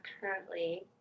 currently